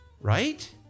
Right